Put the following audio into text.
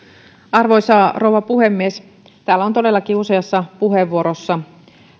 arvoisa rouva puhemies täällä on todellakin useassa puheenvuorossa